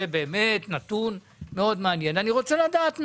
אבל את זה אני רוצה לדעת מהם.